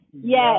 yes